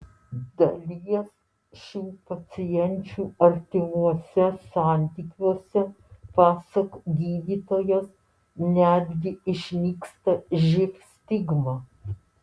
dalies šių pacienčių artimuose santykiuose pasak gydytojos netgi išnyksta živ stigma